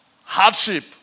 hardship